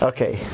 Okay